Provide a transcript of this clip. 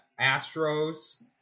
Astros